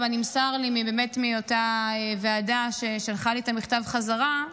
אבל נמסר לי מאותה ועדה ששלחה לי את המכתב חזרה,